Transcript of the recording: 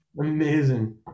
amazing